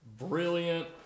Brilliant